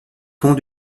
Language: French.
pont